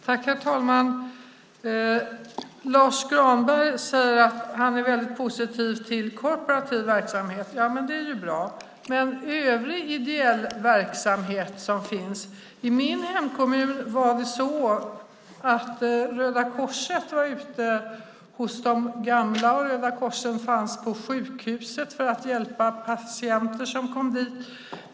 Herr talman! Lars Granberg säger att han är väldigt positiv till kooperativ verksamhet. Det är ju bra. Men jag tänker på övrig ideell verksamhet som finns. I min hemkommun var Röda Korset ute hos de gamla. Röda Korset fanns på sjukhuset för att hjälpa patienter som kom dit.